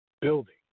building